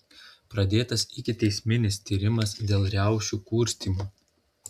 pradėtas ikiteisminis tyrimas dėl riaušių kurstymo